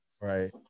Right